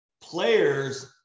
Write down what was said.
players